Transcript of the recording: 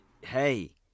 hey